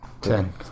Ten